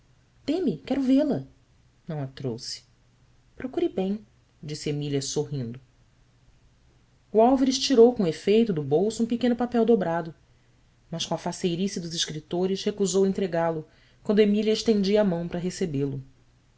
dê-me quero vê-la ão a trouxe rocure bem disse emília sorrindo o álvares tirou com efeito do bolso um pequeno papel dobrado mas com a faceirice dos escritores recusou entregá-lo quando emília estendia a mão para recebê-lo